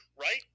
Right